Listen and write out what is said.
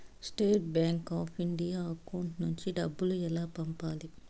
State bank of India account నుంచి డబ్బులు ఎలా పంపాలి?